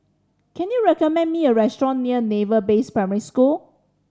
can you recommend me a restaurant near Naval Base Primary School